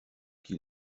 qui